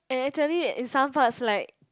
and actually in some parts like